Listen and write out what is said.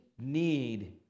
need